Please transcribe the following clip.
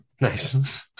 Nice